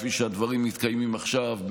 כפי שהדברים מתקיימים עכשיו,